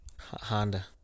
Honda